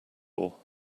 all